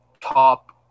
top